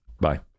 bye